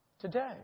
Today